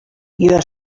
your